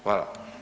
Hvala.